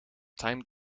time